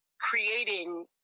creating